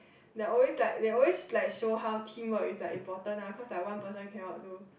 they always like they always like show how teamwork is like important lah cause like one person cannot do